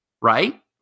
right